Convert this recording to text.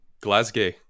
Glasgow